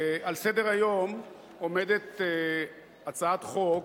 על סדר-היום עומדת הצעת חוק